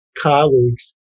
colleagues